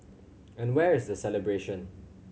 and where is the celebration